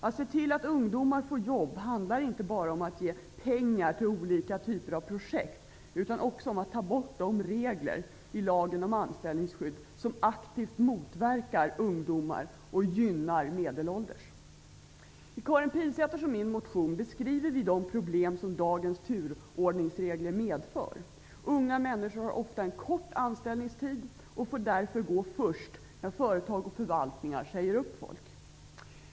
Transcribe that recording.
Att se till att ungdomar får jobb handlar inte bara om att ge pengar till olika typer av projekt utan också om att ta bort de regler i Lagen om anställningsskydd som aktivt motverkar ungdomar och gynnar de medelålders. I Karin Pilsäters och min motion beskriver vi de problem som dagens turordningsregler medför. Unga männniskor har ofta en kort anställningstid och får därför gå först när företag och förvaltningar säger upp folk.